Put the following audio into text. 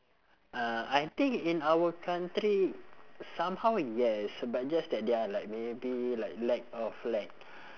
uh I think in our country somehow yes but just that they are like maybe like lack of like